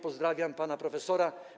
Pozdrawiam pana profesora.